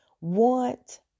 want